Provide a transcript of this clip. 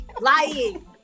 Lying